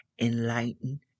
enlighten